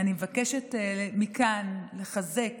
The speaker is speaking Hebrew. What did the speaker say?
אני מבקשת מכאן לחזק